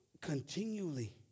continually